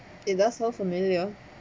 it does sound familiar